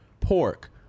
pork